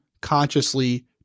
consciously